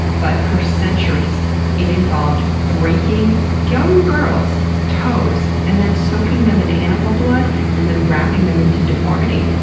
but for centuries it involved breaking young girls' toes, and then soaking them in animal blood and then wrapping them into deformity.